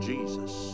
Jesus